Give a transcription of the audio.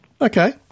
Okay